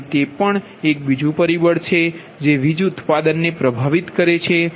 તેથી તે પણ એક બીજું પરિબળ છે જે વીજ ઉત્પાદનને પ્રભાવિત કરે છે